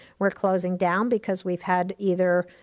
we're closing down because we've had either,